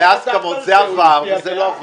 לא, כי היו הסכמות, זה עבר וזה לא עבר.